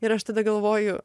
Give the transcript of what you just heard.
ir aš tada galvoju